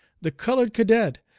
the colored cadet!